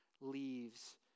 leaves